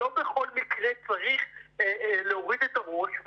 לא בכל מקרה צריך להוריד את הראש,